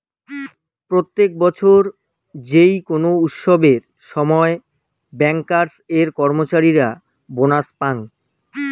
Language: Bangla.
প্রত্যেক বছর যেই কোনো উৎসবের সময় ব্যাংকার্স এর কর্মচারীরা বোনাস পাঙ